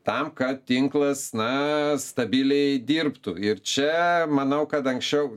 tam kad tinklas na stabiliai dirbtų ir čia manau kad anksčiau